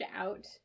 out